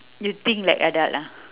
you think like adult ah